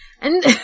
And-